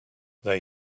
they